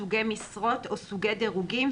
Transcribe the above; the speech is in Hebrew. סוגי משרות או סוגי דירוגים,